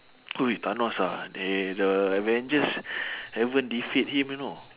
!oi! thanos ah they the avengers haven't defeat him you know